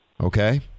okay